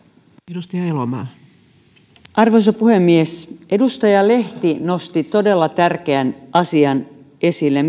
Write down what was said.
arvoisa puhemies edustaja lehti nosti mielestäni todella tärkeän asian esille